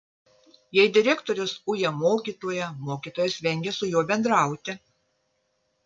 jei direktorius uja mokytoją mokytojas vengia su juo bendrauti